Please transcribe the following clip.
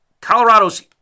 Colorado's